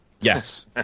Yes